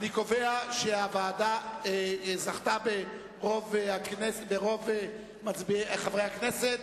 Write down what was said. אני קובע שהוועדה זכתה ברוב קולות חברי הכנסת